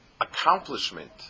accomplishment